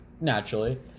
naturally